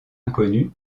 inconnu